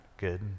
good